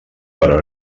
però